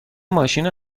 ماشین